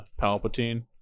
Palpatine